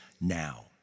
now